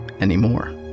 anymore